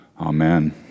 Amen